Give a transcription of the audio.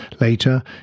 Later